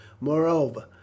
Moreover